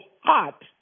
hot